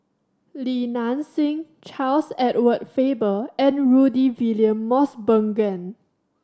Li Nanxing Charles Edward Faber and Rudy William Mosbergen